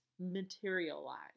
materialize